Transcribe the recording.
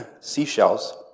seashells